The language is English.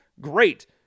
great